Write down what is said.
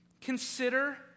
Consider